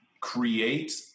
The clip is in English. create